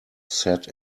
sat